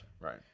Right